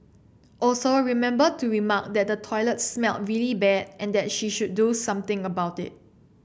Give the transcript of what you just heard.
also remember to remark that the toilet smelled really bad and that she should do something about it